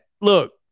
Look